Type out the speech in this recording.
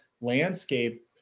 landscape